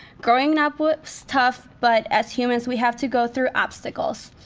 growing up tough but as humans we have to go through obstacles.